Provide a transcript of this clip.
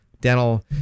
dental